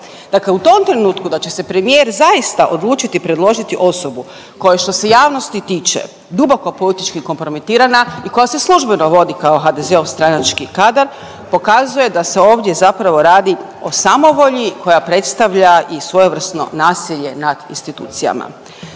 Dakle, u tom trenutku da će se premijer zaista odlučiti predložiti osobu koja, što se javnosti tiče, duboko politički kompromitirana i koja se službeno vodi kao HDZ-ov stranački kadar, pokazuje da se ovdje zapravo radi o samovolji koja predstavlja i svojevrsno nasilje nad institucijama.